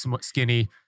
skinny